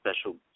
special